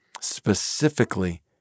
specifically